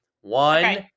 One